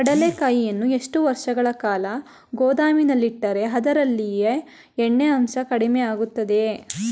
ಕಡ್ಲೆಕಾಯಿಯನ್ನು ಎಷ್ಟು ವರ್ಷಗಳ ಕಾಲ ಗೋದಾಮಿನಲ್ಲಿಟ್ಟರೆ ಅದರಲ್ಲಿಯ ಎಣ್ಣೆ ಅಂಶ ಕಡಿಮೆ ಆಗುತ್ತದೆ?